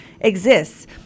exists